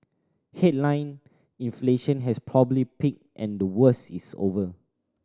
headline inflation has probably peaked and the worst is over